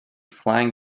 flying